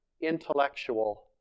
intellectual